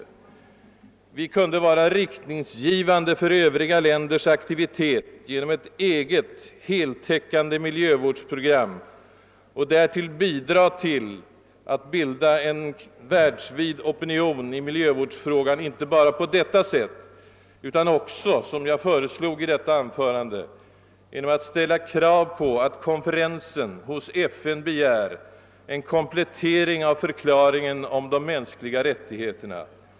Sverige kunde vara riktningsgivande för övriga länders aktivitet genom ett eget, heltäckande miljövårdsprogram och bidra till att ytterligare stimulera en världsomfattande opinion i miljövårdsfrågan inte bara på detta sätt utan också, som jag föreslog i nyssnämnda anförande, genom att kräva att konferensen hos FN begär en komplettering av förklaringen om de mänskliga rättigheterna.